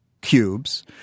cubes